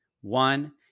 One